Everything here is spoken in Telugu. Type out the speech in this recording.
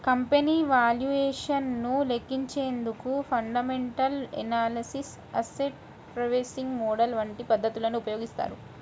కంపెనీ వాల్యుయేషన్ ను లెక్కించేందుకు fundamental analysis, asset pricing model వంటి పద్ధతులను ఉపయోగిస్తారు